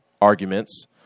arguments